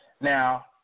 Now